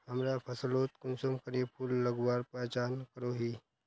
हमरा फसलोत कुंसम करे फूल लगवार पहचान करो ही?